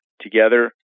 together